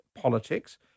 politics